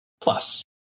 plus